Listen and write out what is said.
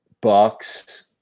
Bucks